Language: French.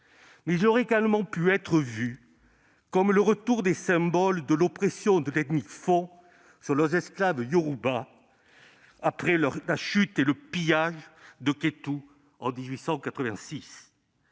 Mais il aurait également pu être vu comme le retour des symboles de l'oppression de l'ethnie fon sur ses esclaves yorubas, après la chute et le pillage de Kétou en 1886.